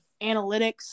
analytics